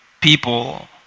people